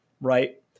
Right